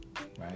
right